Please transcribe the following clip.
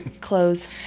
clothes